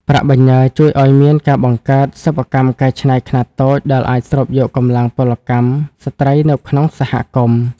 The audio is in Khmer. ប្រាក់បញ្ញើជួយឱ្យមានការបង្កើត "សិប្បកម្មកែច្នៃខ្នាតតូច" ដែលអាចស្រូបយកកម្លាំងពលកម្មស្ត្រីនៅក្នុងសហគមន៍។